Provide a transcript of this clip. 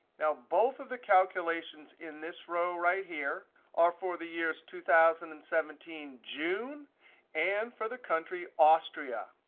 now, both of the calculations in this row right here are for the years two thousand and seventeen june and for the country austria.